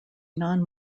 non